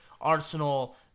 Arsenal